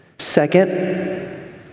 Second